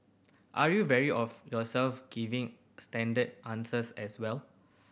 are you wary of yourself giving standard answers as well